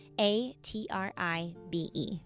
a-t-r-i-b-e